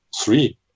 three